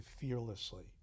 fearlessly